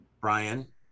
Brian